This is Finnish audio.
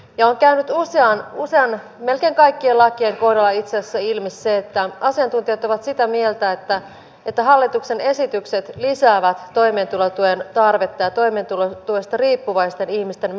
on käynyt usean melkein kaikkien lakien kohdalla itse asiassa ilmi se että asiantuntijat ovat sitä mieltä että hallituksen esitykset lisäävät toimeentulotuen tarvetta ja toimeentulotuesta riippuvaisten ihmisten määrää